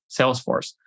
Salesforce